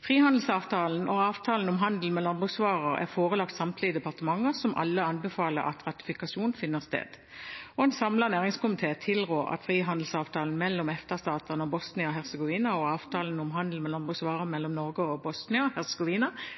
Frihandelsavtalen og avtalen om handel med landbruksvarer er forelagt samtlige departementer, som alle anbefaler at ratifikasjon finner sted. En samlet næringskomité tilrår at frihandelsavtalen mellom EFTA-statene og Bosnia-Hercegovina og avtalen om handel med landbruksvarer